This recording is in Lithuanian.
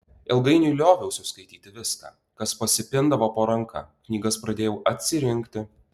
ilgainiui lioviausi skaityti viską kas pasipindavo po ranka knygas pradėjau atsirinkti